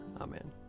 Amen